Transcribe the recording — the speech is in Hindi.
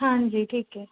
हांजी ठीक है